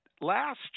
last